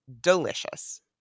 delicious